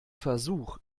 versuch